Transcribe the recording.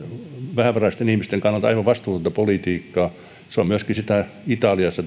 vähävaraisten ihmisten kannalta aivan vastuutonta politiikkaa se tulee olemaan sitä myöskin italiassa